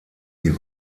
die